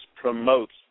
promotes